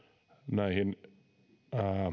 näihin